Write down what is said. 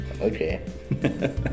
okay